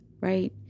right